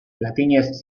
latinez